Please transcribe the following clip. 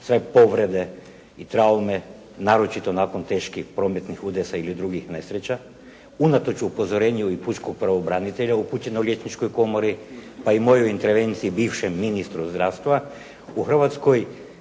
sve povrede i traume naročito nakon teških prometnih udesa ili drugih nesreća unatoč upozorenju i pučkog pravobranitelja upućenog Liječničkoj komori pa i mojoj intervenciji bivšem ministru zdravstva u Hrvatskoj